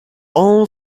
all